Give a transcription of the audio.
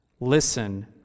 listen